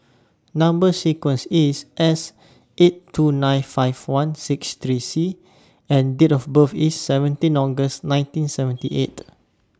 Number sequence IS S eight two nine five one six three C and Date of birth IS seventeen August nineteen seventy eight